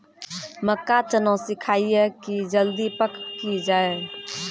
मक्का चना सिखाइए कि जल्दी पक की जय?